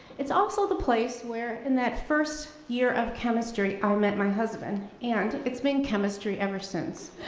it's also the place where in that first year of chemistry i met my husband, and it's been chemistry ever since.